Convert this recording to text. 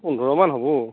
পোন্ধৰ মান হ'ব